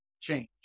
change